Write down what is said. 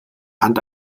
hand